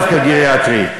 אבל זה לא דווקא גריאטרי,